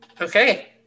okay